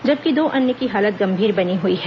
जबकि दो अन्य की हालत गंभीर बनी हुई है